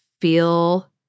feel